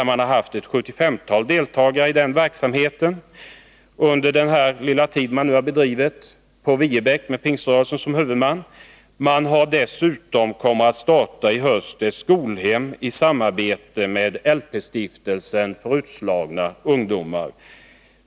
Man har haft ett sjuttiofemtal deltagare i den verksamheten under den tid man bedrivit arbetet på Viebäck med Pingströrelsen som huvudman. Man har dessutom i höst planerat starta ett skolhem i samarbete med LP-stiftelsen för utslagna ungdomar.